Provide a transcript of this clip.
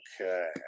Okay